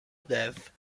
death